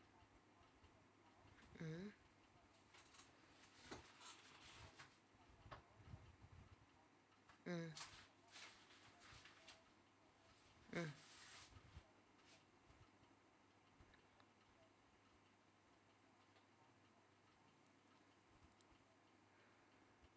mmhmm mm mm